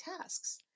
tasks